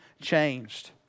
changed